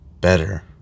better